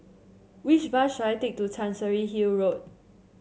which bus should I take to Chancery Hill Road